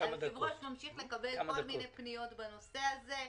היושב-ראש ממשיך לקבל כל מיני פניות בנושא הזה,